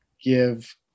give